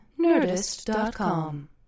Nerdist.com